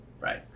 Right